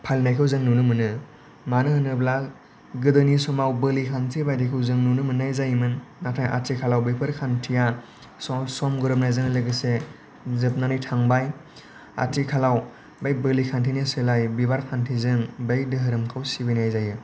फालिनायखौ जों नुनो मोनो मानो होनोब्ला गोदोनि समाव बोलि खान्थि बायदिखौ जों नुनो मोननाय जायोमोन नाथाय आथिखालाव बेफोर खान्थिआ सम गोरोबनायजों लोगोसे जोबनानै थांबाय आथिखालाव बै बोलि खान्थिनि सोलाय बिबार खान्थिजों बै धोरोमखौ सिबिनाय जायो